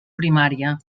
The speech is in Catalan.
primària